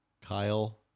Kyle